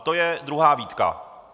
A to je druhá výtka.